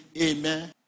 amen